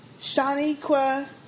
Shaniqua